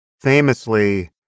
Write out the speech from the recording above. famously